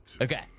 Okay